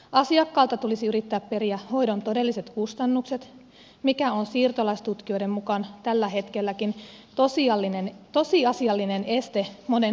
asiakkaalta tulisi yrittää periä hoidon todelliset kustannukset mikä on siirtolaistutkijoiden mukaan tälläkin hetkellä tosiasiallinen este monen hoitoonpääsylle